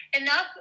enough